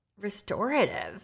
restorative